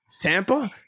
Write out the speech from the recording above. Tampa